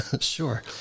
sure